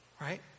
right